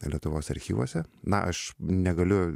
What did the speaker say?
lietuvos archyvuose na aš negaliu